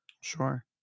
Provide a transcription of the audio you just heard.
Sure